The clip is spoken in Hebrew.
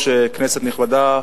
כנסת נכבדה,